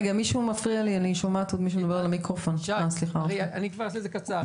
שי, אני אעשה את זה קצר.